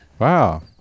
Wow